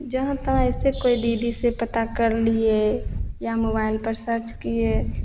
जहाँ तहाँ ऐसे कोई दीदी से पता कर लिए या मोबाइल पर सर्च किए